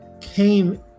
came